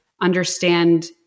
understand